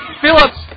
Phillips